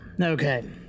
Okay